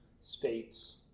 states